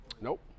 Nope